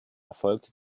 erfolgte